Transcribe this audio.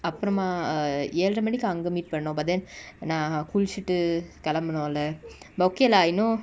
அப்ரமா:aprama err ஏல்ர மணிக்கு அங்க:yelra maniku anga meet பண்ணோ:panno but then நா குளிச்சிட்டு கேளம்பனோல:na kulichittu kelambanola but okay lah you know